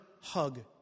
hug